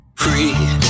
free